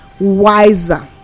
wiser